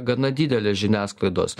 gana didelė žiniasklaidos